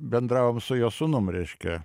bendravom su jo sūnum reiškia